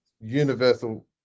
universal